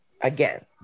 again